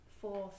fourth